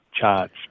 charged